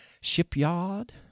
Shipyard